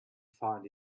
find